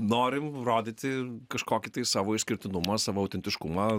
norim rodyti kažkokį tai savo išskirtinumą savo autentiškumą